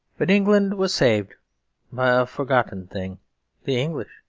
but england was saved by a forgotten thing the english.